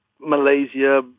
Malaysia